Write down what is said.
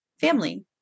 family